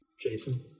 Jason